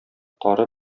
тары